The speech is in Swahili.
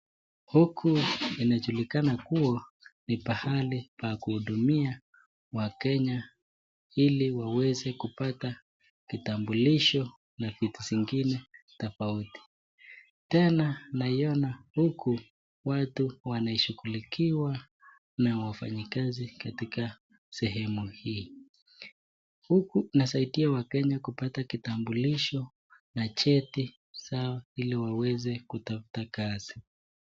Huku inajulikana kuwa ni pahali pa kuhudumia Wakenya ili waweze kupata kitambulisho na vitu zingine tofauti. Tena naiona huku watu wanashughulikiwa na wafanyikazi katika sehemu hii, huku inasaidia Wakenya kupata kitambulisho na cheti zao ili waweze kutafuta kazi.